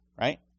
Right